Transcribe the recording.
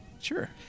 Sure